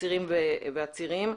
אסירים ועצירים,